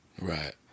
Right